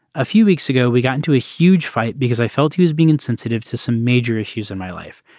a few weeks ago we got into a huge fight because i felt he was being insensitive to some major issues in my life.